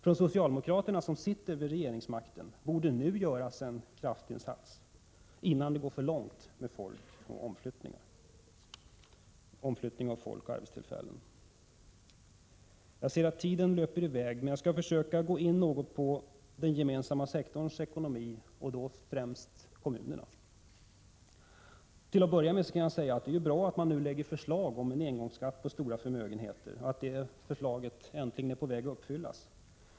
Från socialdemokraterna —som ju sitter vid regeringsmakten — borde nu en kraftinsats göras, innan det går för långt med omflyttningen av folk och arbetstillfällen. Jag ser att tiden löper i väg, men jag skall något gå in på den gemensamma sektorns ekonomi, och då främst kommunernas. Till att börja med kan jag säga att det är bra att man nu lägger fram förslag om en engångsskatt på stora förmögenheter och att det förslaget äntligen är på väg att uppfyllas.